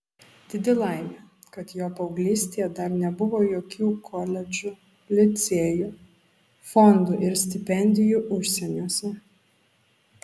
didi laimė kad jo paauglystėje dar nebuvo jokių koledžų licėjų fondų ir stipendijų užsieniuose